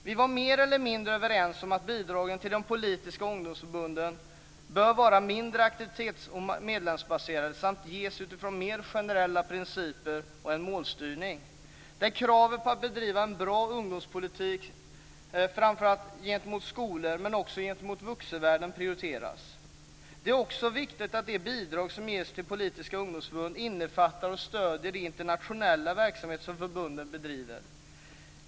Vi var mer eller mindre överens om att bidragen till de politiska ungdomsförbunden bör vara mindre aktivitetsoch medlemsbaserade samt ges utifrån mer generella principer och en målstyrning, där kravet på att bedriva en ungdomspolitik framför allt gentemot skolor men också gentemot vuxenvärlden prioriteras. Det är också viktigt att de bidrag som ges till politiska ungdomsförbund innefattar och stödjer den internationella verksamhet som förbunden bedriver.